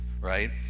right